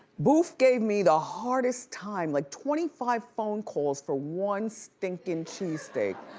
boof gave me the hardest time, like twenty five phone calls for one stinking cheesesteak.